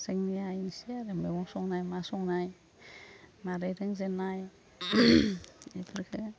जोंनिया बेनोसै आरो मैगं संनाय मा संनाय माबोरै रोंजेन्नाय बेफोरखौ